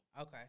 Okay